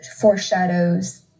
foreshadows